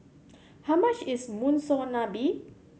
how much is Monsunabe